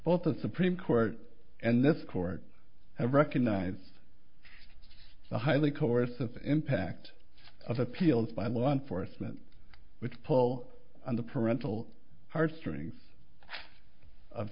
both the supreme court and this court have recognized the highly chorus of impact of appeals by law enforcement which pull on the parental heartstrings of